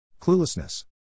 Cluelessness